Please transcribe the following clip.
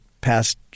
past